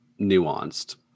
nuanced